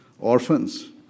orphans